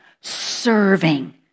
serving